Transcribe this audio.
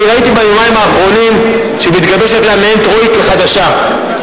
אני ראיתי ביומיים האחרונים שמתגבשת לה מעין טרויקה חדשה,